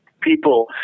people